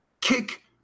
kick